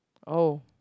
oh